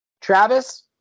Travis